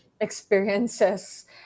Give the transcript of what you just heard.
experiences